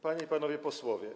Panie i Panowie Posłowie!